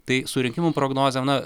tai su rinkimų prognozėm na